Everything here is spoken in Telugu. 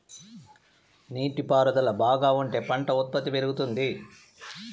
నీటి పారుదల బాగా ఉంటే పంట ఉత్పత్తి పెరుగుతుంది